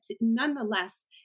nonetheless